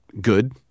good